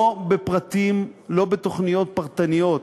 לא בפרטים, לא בתוכניות פרטניות.